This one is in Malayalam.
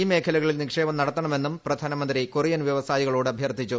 ഈ മേഖലകളിൽ നിക്ഷേപം നടത്തണമെന്നും പ്രധാനമന്ത്രി കൊറിയൻ വ്യവസായികളോട് അഭ്യർത്ഥിച്ചു